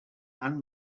and